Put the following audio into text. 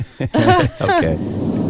Okay